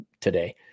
today